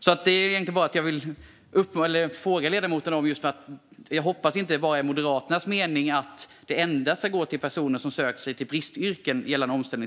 Jag hoppas alltså att det inte är Moderaternas mening att omställningsstudiestödet endast ska gå till personer som söker sig till bristyrken.